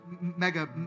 mega